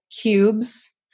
cubes